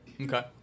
Okay